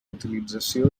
utilització